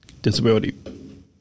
disability